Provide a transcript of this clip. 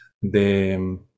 de